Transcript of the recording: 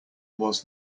was